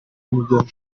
umugeni